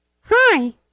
Hi